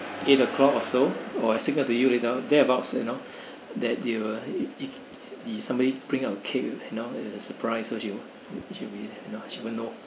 eight O clock or so or I signal to you later there abouts you know that they will if the somebody bring out the cake you know surprise her she'll she won't know